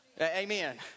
Amen